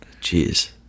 Jeez